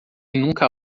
nunca